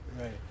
right